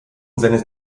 seines